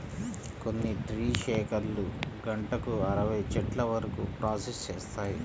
కొన్ని ట్రీ షేకర్లు గంటకు అరవై చెట్ల వరకు ప్రాసెస్ చేస్తాయి